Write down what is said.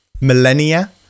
millennia